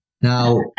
Now